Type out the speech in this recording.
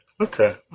Okay